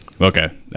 Okay